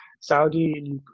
Saudi